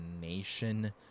nation